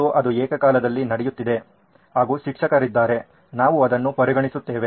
ಮತ್ತು ಅದು ಏಕಕಾಲದಲ್ಲಿ ನಡೆಯುತ್ತಿದೆ ಹಾಗೂ ಶಿಕ್ಷಕರಿದ್ದಾರೆ ನಾವು ಅದನ್ನು ಪರಿಗಣಿಸುತ್ತೇವೆ